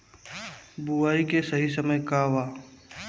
बुआई के सही समय का वा?